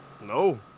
No